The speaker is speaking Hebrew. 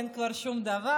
אין כבר שום דבר.